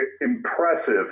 impressive